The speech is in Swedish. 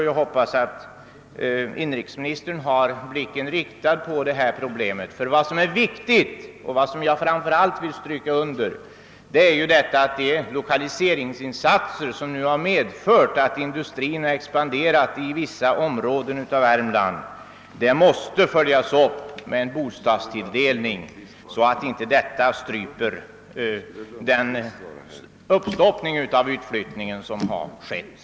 Jag hoppas att inrikesministern har blicken riktad på detta problem. Vad som är viktigt och som jag framför allt vill stryka under är att de lokaliseringsinsatser, vilka medfört en expansion av industrin inom vissa områden i Värmland, måste följas upp med en ökad bostadstilldelning, så att inte den minskning av utflyttningen som inträtt motverkas.